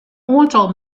oantal